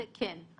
כן.